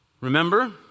remember